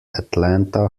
atlanta